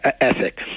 ethic